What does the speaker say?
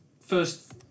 first